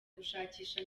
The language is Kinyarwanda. gushakisha